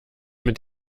mit